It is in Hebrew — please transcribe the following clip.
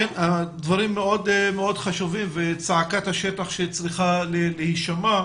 דברים מאוד חשובים, צעקת השטח שצריכה להישמע.